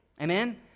Amen